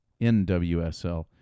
NWSL